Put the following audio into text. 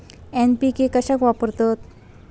NPK कशाक वापरतत?